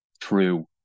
true